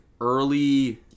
early